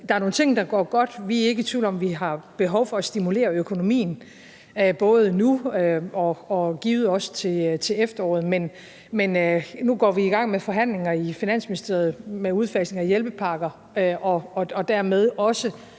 der er nogle ting, der går godt. Vi er ikke i tvivl om, at vi har behov for at stimulere økonomien både nu og givet også til efteråret, men nu går vi i gang med forhandlinger i Finansministeriet om udfasning af hjælpepakker og dermed også